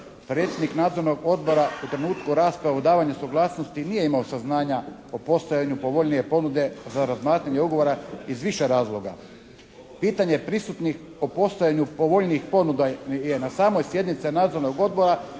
Predsjednik nadzornog odbora u trenutku rasprave u davanju suglasnosti nije imao saznanja o postojanju povoljnije ponude za razmatranje ugovora iz više razloga. Pitanje prisutnih o postojanju povoljnih ponuda je na samoj sjednici nadzornog odbora